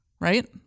Right